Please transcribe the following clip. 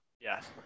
yes